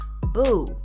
boo